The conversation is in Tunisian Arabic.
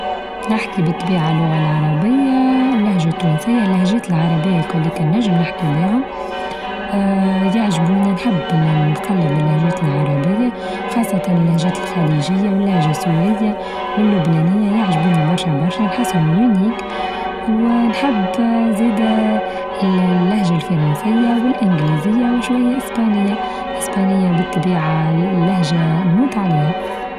نحكي بالطبيعة اللغة العربية اللهجة التونسية اللهچات العربية الكليك النچم نحكي بيهم، آآ يعجبوني نحب نقلد اللهچات العربية خاصة اللهچات الخليچية واللهچة السورية واللبنانية يعجبوني برشا برشا نحسهم يونيك ونحب آآ زيد آآ اللهچة الفرنسية والانجليزية وشوية إسبانية-إسبانية بالطبيعة اللهجة نموت عليها.